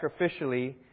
sacrificially